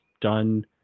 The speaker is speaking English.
done